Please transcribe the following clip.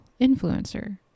influencer